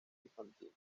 infantil